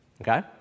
Okay